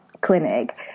clinic